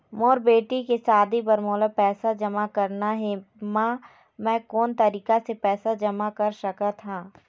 मोर बेटी के शादी बर मोला पैसा जमा करना हे, म मैं कोन तरीका से पैसा जमा कर सकत ह?